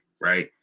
right